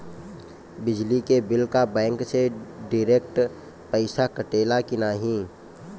बिजली के बिल का बैंक से डिरेक्ट पइसा कटेला की नाहीं?